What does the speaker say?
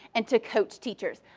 and to coach teachers.